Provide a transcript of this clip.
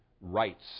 rights